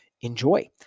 enjoy